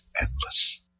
endless